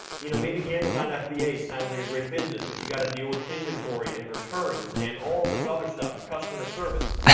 you know maybe amazon fba sounds like a great business, but you gotta deal with inventory and returns, and all of this other stuff, and customer service.